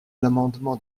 l’amendement